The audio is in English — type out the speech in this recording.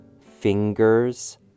fingers